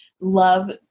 love